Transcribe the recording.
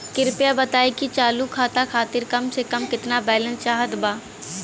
कृपया बताई कि चालू खाता खातिर कम से कम केतना बैलैंस चाहत बा